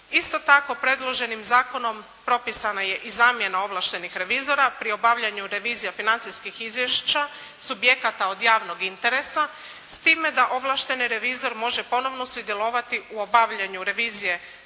Isto tako predloženim zakonom propisana je i zamjena ovlaštenih revizora pri obavljanju revizija financijskih izvješća, subjekata od javnog interesa s time da ovlašteni revizor može ponovo sudjelovati u obavljanju revizije kod